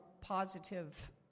positive